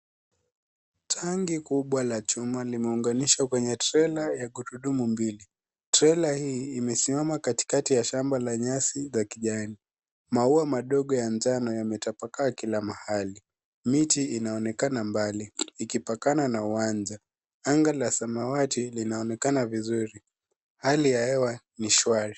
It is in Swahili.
Tanki kubwa la chuma limeunganishwa kwenye trela ya gurudumu mbili, trela hii imesimama katikati ya shamba la nyasi ya kijani. Maua madogo ya njano yametapakaa kila mahali, miti inaonekana mbali ikipakana na uwanja anga la samawati linaonekana vizuri, hali ya hewa ni shwari.